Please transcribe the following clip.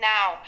Now